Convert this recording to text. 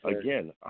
again